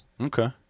Okay